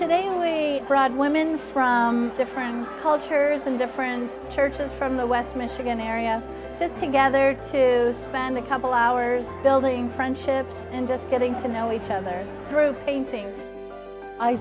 today a broad women from different cultures and different churches from the west michigan area just to gather to spend a couple hours building friendships and just getting to know each other through paintings i